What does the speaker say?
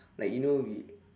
like you know we